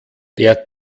der